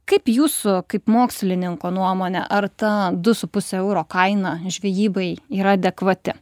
kaip jūsų kaip mokslininko nuomone ar ta du su puse euro kaina žvejybai yra adekvati